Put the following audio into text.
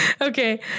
Okay